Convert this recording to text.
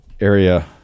Area